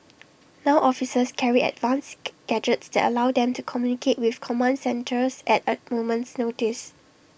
now officers carry advanced gadgets that allow them to communicate with command centres at A moment's notice